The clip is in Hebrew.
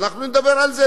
ואנחנו נדבר על זה,